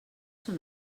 són